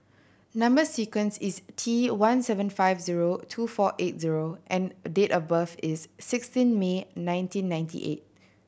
number sequence is T one seven five zero two four eight zero and date of birth is sixteen May nineteen ninety eight